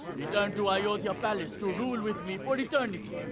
return to ayodhya palace to rule with me for eternity!